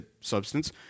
substance